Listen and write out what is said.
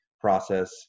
process